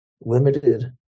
limited